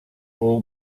all